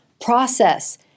process